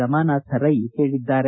ರಮಾನಾಥ ರೈ ಹೇಳಿದ್ದಾರೆ